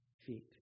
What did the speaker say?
feet